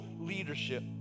leadership